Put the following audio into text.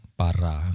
para